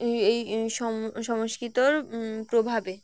এই সংস্কৃতর প্রভাবে